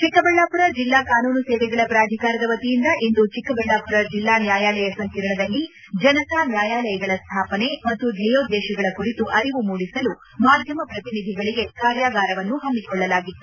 ಚಿಕ್ಕಬಳ್ಳಾಪುರ ಜಿಲ್ಲಾ ಕಾನೂನು ಸೇವೆಗಳ ಪ್ರಾಧಿಕಾರದ ವತಿಯಿಂದ ಇಂದು ಚಿಕ್ಕಬಳ್ಳಾಪುರ ಜಿಲ್ಲಾ ನ್ನಾಯಾಲಯ ಸಂಕೀರ್ಣದಲ್ಲಿ ಇಂದು ಜನತಾ ನ್ನಾಯಾಲಯಗಳ ಸ್ವಾಪನೆ ಮತ್ತು ಧ್ವೇಯೋದ್ದೇಶಗಳ ಕುರಿತು ಅರಿವು ಮೂಡಿಸಲು ಮಾಧ್ಯಮ ಪ್ರತಿನಿಧಿಗಳಿಗೆ ಕಾರ್ಯಾಗಾರವನ್ನು ಹಮ್ಮಿಕೊಳ್ಳಲಾಗಿತ್ತು